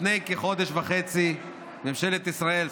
לפני כחודש וחצי ממשלת ישראל,